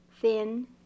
Thin